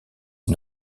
est